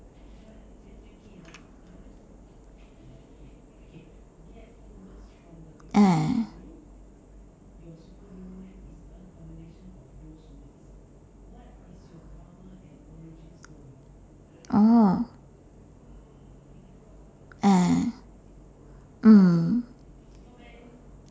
ah oh ah mm